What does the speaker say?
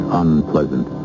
unpleasant